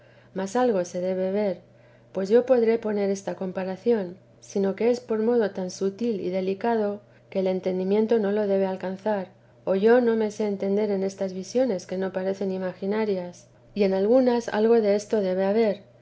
mas algo se debe ver pues yo podré poner esta comparación sino que es por modo tan sutil y delicado que el entendimiento no lo debe alcanzar o yo no me sé entender en estas visiones que no parecen imaginarias y en algunas algo desto debe haber